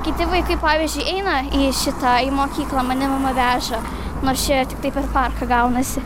kiti vaikai pavyzdžiui eina į šitą į mokyklą mane mama veža nors čia tiktai per parką gaunasi